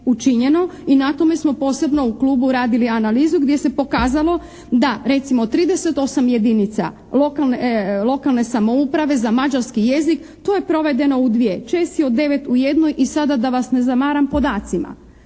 i na tome smo posebno u klubu radili analizu gdje se pokazalo da recimo od 39 jedinica lokalne samouprave za mađarski jezik, to je provedeno u 2, Česi od 9 u 1, i sada da vas ne zamaram podacima.